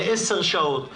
ל-10 שעות.